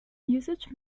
usage